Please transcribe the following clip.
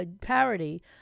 parody